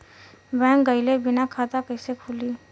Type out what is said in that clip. Bank गइले बिना खाता कईसे खुली?